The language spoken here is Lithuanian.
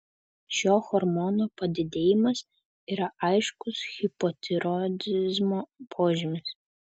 šio hormono padidėjimas yra aiškus hipotiroidizmo požymis